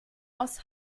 aus